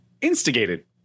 instigated